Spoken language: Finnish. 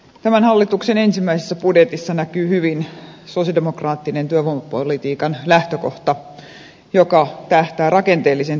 tämän hallituksen ensimmäisessä budjetissa näkyy hyvin sosialidemokraattinen työvoimapolitiikan lähtökohta joka tähtää rakenteellisen työttömyyden torjumiseen